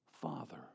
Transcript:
Father